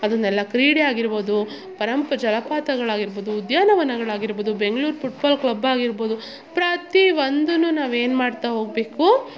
ಅದನ್ನೆಲ್ಲ ಕ್ರೀಡೆ ಆಗಿರ್ಬೋದು ಪರಂಪ ಜಲಪಾತಗಳಾಗಿರ್ಬೋದು ಉದ್ಯಾನವನಗಳಾಗಿರ್ಬೋದು ಬೆಂಗ್ಳೂರು ಪುಟ್ಬಾಲ್ ಕ್ಲಬ್ ಆಗಿರ್ಬೋದು ಪ್ರತೀ ಒಂದು ನಾವು ಏನ್ಮಾಡ್ತ ಹೋಗಬೇಕು